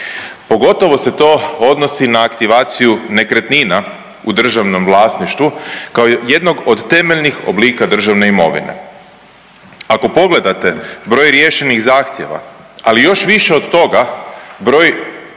Pogotovo se to odnosi na aktivaciju nekretnina u državnom vlasništvu kao jednog od temeljnih oblika državne imovine. Ako pogledate broj riješenih zahtjeva, ali još više od toga broj